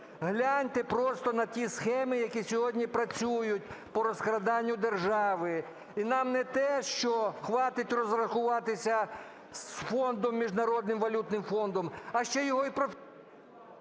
Гляньте просто на ті схеми, які сьогодні працюють по розкраданню держави. І нам не те що хватить розрахуватися з Міжнародним валютним фондом, а ще його...